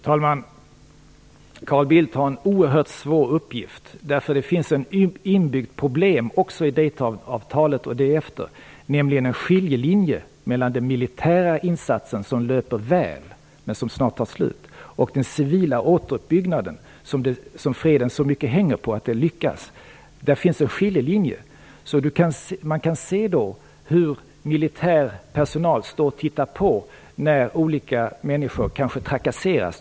Herr talman! Carl Bildt har en oerhört svår uppgift. Det finns ett inbyggt problem i Daytonavtalet, nämligen en skiljelinje mellan den militära insatsen, som löper väl men snart tar slut, och den civila återuppbyggnaden. Freden hänger mycket på att den lyckas. Där finns en skiljelinje. Man kan se hur militär personal står och tittar på när olika människor trakasseras.